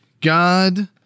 god